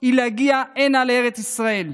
היא להגיע הנה לארץ ישראל,